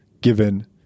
given